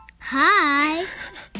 Hi